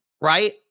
right